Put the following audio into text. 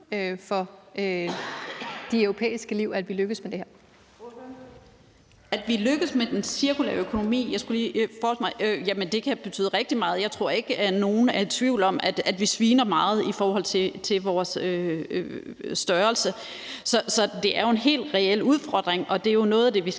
(Birgitte Vind): Ordføreren. Kl. 18:47 Karin Liltorp (M): At vi lykkes med den cirkulære økonomi, kan betyde rigtig meget. Jeg tror ikke, at nogen er i tvivl om, at vi sviner meget i forhold til vores størrelse. Så det er jo en helt reel udfordring, og det er noget af det, vi skal